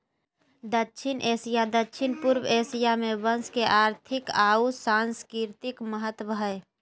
दक्षिण एशिया, दक्षिण पूर्व एशिया में बांस के आर्थिक आऊ सांस्कृतिक महत्व हइ